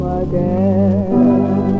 again